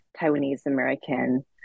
Taiwanese-American